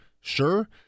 Sure